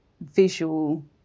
visual